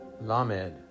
Lamed